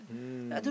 mm